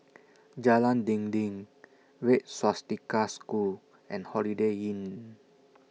Jalan Dinding Red Swastika School and Holiday Inn